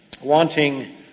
wanting